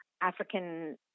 African